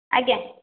ଆଜ୍ଞା